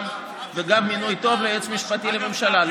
וגם מינוי טוב ליועץ משפטי לממשלה.